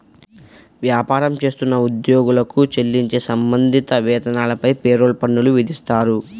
వ్యాపారం చేస్తున్న ఉద్యోగులకు చెల్లించే సంబంధిత వేతనాలపై పేరోల్ పన్నులు విధిస్తారు